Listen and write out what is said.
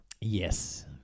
Yes